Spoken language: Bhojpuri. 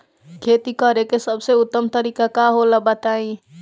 खेती करे के सबसे उत्तम तरीका का होला बताई?